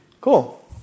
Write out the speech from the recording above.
Cool